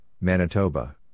Manitoba